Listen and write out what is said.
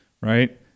right